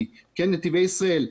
נתיבי ישראל,